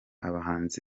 abahanzi